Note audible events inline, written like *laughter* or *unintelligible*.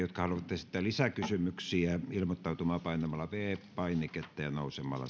*unintelligible* jotka haluavat esittää lisäkysymyksiä ilmoittautumaan painamalla viides painiketta ja nousemalla *unintelligible*